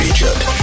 Egypt